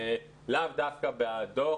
לאו דווקא בדוח.